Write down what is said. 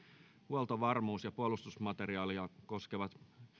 huoltovarmuus ja puolustusmateriaalia koskevat